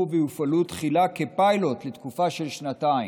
ויופעלו תחילה כפיילוט לתקופה של שנתיים.